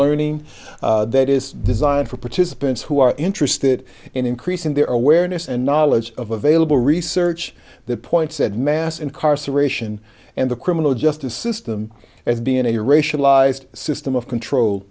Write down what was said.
learning that is designed for participants who are interested in increasing their awareness and knowledge of available research the point said mass incarceration and the criminal justice system as being a racialized system of control